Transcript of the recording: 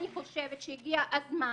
אני חושבת שהגיע הזמן